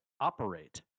Operate